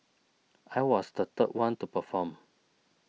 I was the third one to perform